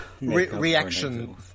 Reaction